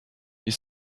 ils